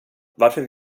varför